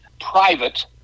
private